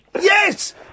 Yes